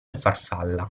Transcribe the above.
farfalla